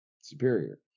superior